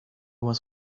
was